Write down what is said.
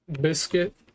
biscuit